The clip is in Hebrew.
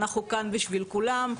אנחנו כאן בשביל כולם.